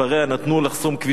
נתנו לחסום כבישים.